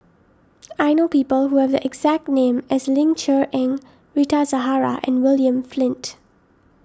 I know people who have the exact name as Ling Cher Eng Rita Zahara and William Flint